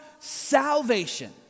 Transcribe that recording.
salvation